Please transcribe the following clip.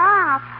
off